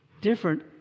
different